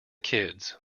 kids